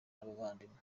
n’abavandimwe